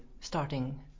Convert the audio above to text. starting